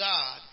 God